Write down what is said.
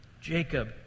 Jacob